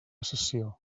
sessió